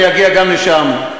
אני אגיע גם לשם.